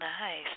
nice